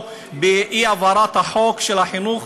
או באי-הבהרת החוק של החינוך,